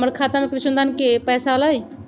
हमर खाता में कृषि अनुदान के पैसा अलई?